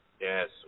Yes